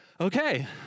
Okay